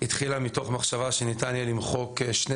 הצעת החוק הזאת התחילה מתוך מחשבה שניתן יהיה למחוק שני